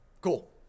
Cool